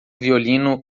violino